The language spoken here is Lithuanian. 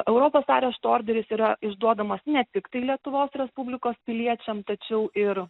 europos arešto orderis yra išduodamas ne tiktai lietuvos respublikos piliečiams tačiau ir